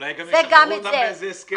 אולי גם ישחררו אותם באיזה הסכם.